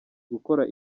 gukora